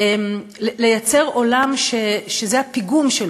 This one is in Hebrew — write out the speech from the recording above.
לייצר עולם שזה הפיגום שלו,